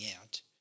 out